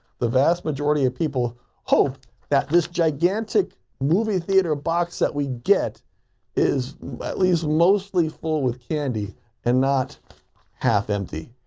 the vast majority of people hope that this gigantic movie theater box that we get is at least mostly full with candy and not half empty.